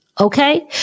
okay